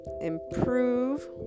improve